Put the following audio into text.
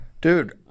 dude